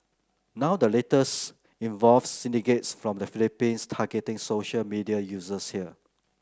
now the latest involves syndicates from the Philippines targeting social media users here